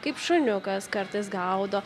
kaip šuniukas kartais gaudo